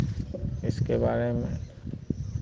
इसके बारे में